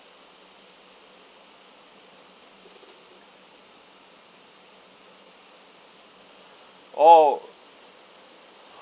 oh